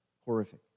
horrific